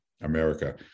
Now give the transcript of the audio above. America